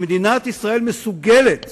הוא שמדינת ישראל מסוגלת